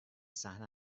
صحنه